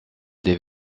des